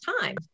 time